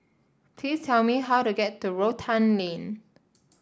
please tell me how to get to Rotan Lane